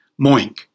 Moink